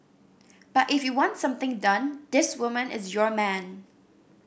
but if you want something done this woman is your man